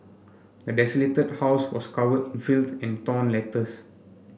the desolated house was covered in filth and torn letters